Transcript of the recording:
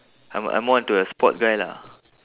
I'm I'm more into a sport guy lah